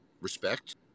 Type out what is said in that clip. respect